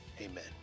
amen